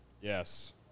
Yes